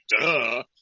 duh